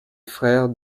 frères